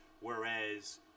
whereas